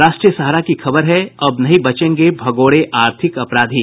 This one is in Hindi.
राष्ट्रीय सहारा की खबर है अब नहीं बचेंगे भगोड़े आर्थिक अपराधी